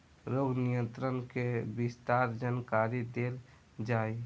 रोग नियंत्रण के विस्तार जानकरी देल जाई?